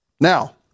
Now